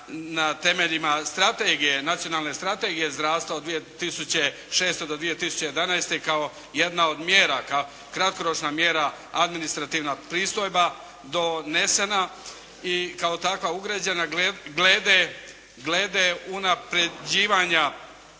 temeljima strategije, nacionalne strategije zdravstva od 2006. do 2011. kao jedna od mjera, kratkoročna mjera administrativna pristojba donesena i kao takva ugrađena glede unaprjeđivanja